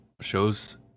shows